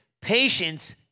Patience